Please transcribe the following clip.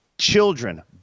Children